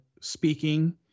speaking